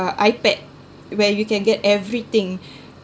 uh ipad where you can get everything